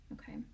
okay